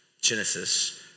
Genesis